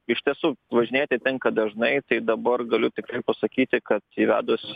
iš tiesų važinėti tenka dažnai tai dabar galiu tik pasakyti kad įvedus